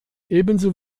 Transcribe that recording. ebenso